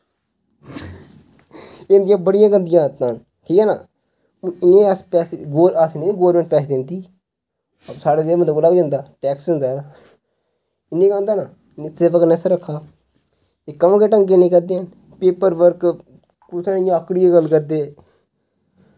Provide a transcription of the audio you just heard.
एह् इंदियां बड़ियां गंदियां आदतां न ठीक ऐ न इनें अस पैसे अस नेंई गौरमैंट पैसे दिंदी साढ़े जेह् फ्ही लंघना गै होंदा टैक्स दिंदे अस इयां गै होंदा ना उनें सेवा करने रक्खा एह् कम्म गै नी ढंगे दे करदे हैन पेपर बर्क कुसै इयां आकड़ियै गल्ल करदे